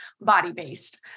body-based